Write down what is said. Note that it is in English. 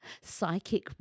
psychic